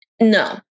No